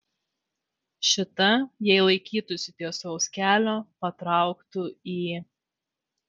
šita jei laikytųsi tiesaus kelio patrauktų į